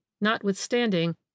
notwithstanding